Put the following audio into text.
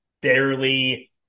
barely